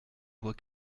bois